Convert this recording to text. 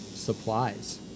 Supplies